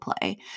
play